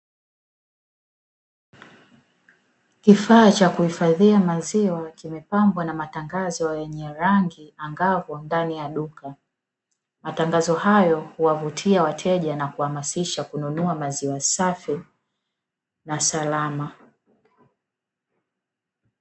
Kifaa cha hifadhia maziwa kimepangwa na matangazo yenye rangi angavu ndani ya duka . Matangazo hayo huvutia wateja na kuhamasisha kununua maziwa safi na Salama.